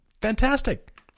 Fantastic